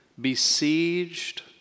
besieged